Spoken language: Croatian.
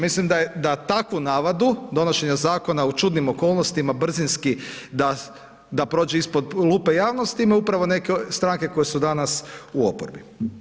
Mislim da takvu navadu donošenja zakona u čudnim okolnostima, brzinski, da prođe ispod lupe javnosti ima upravo neke stranke koje su danas u oporbi.